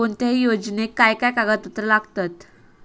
कोणत्याही योजनेक काय काय कागदपत्र लागतत?